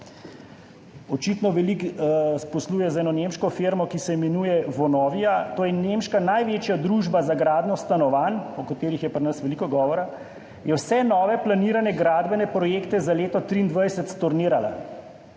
Očitno veliko posluje z eno nemško firmo, ki se imenuje Vonovia, to je največja nemška družba za gradnjo stanovanj, o katerih je pri nas veliko govora, vse nove planirane gradbene projekte za leto je 2023 stornirala.